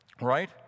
right